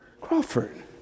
Crawford